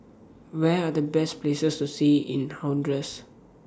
Where Are The Best Places to See in Honduras